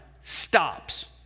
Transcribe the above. stops